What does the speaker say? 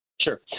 Sure